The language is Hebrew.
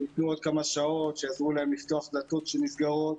שניתנו עוד כמה שעות שיעזרו להם לפתוח דלתות שנסגרות.